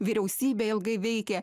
vyriausybė ilgai veikė